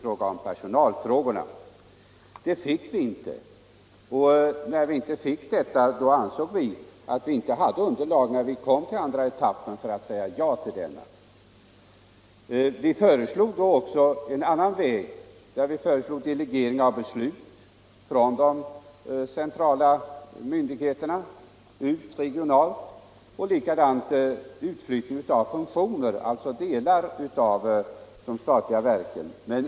Någon sådan utvärdering fick vi inte, och när vi inte fick den ansåg vi att det inte fanns underlag för att säga ja till andra etappen. Vi föreslog då en annan utväg: delegering av beslut från de centrala myndigheterna ut i regionerna och utflyttning av funktioner, dvs. delar av de statliga verken.